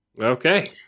Okay